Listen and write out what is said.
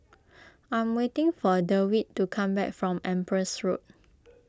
I am waiting for Dewitt to come back from Empress Road